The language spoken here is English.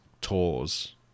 tours